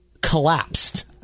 collapsed